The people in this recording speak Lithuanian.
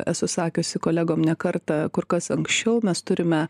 esu sakiusi kolegom ne kartą kur kas anksčiau mes turime